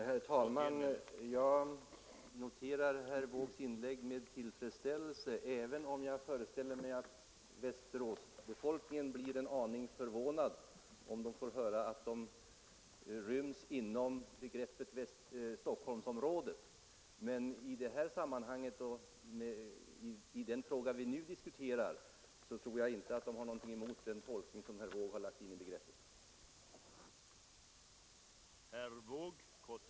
Herr talman! Jag noterar herr Wåågs inlägg med tillfredsställelse, även om jag föreställer mig att Västerås befolkning blir en aning förvånad av att få höra att den ryms inom begreppet Stockholm sområdet. I det här sammanhanget och i den fråga vi nu diskuterar tror jag dock inte de har någonting emot den tolkning herr Wååg har lagt in i begreppet.